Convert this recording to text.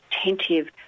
attentive